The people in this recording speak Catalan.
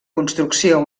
construcció